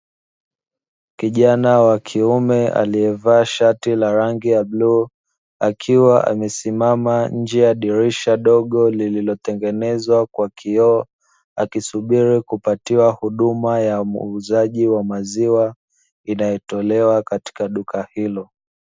Kijana wa kiume akiyevaa shati la rangi ya bluu akiwa amesimama nje ya dirisha dogo lililotengenezwa kwa kioo, akisubiria kupatiwa huduma ya muuzaji wa maziwa inayotolewa katika duka hilo.